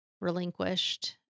relinquished